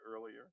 earlier